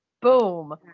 boom